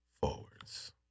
forwards